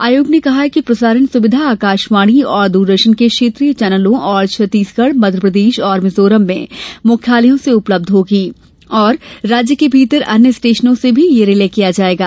आयोग ने कहा है कि प्रसारण सुविधा आकाशवाणी और दूरदर्शन के क्षेत्रीय केन्द्रों और छत्तीसगढ़ मध्यप्रदेश और मिजोरम में मुख्यालयों से उपलब्ध होगी और राज्य के भीतर अन्य स्टेशनों से भी यह रिले किया जायेगा